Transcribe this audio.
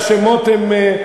שהשמות הם,